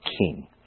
king